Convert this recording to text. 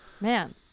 man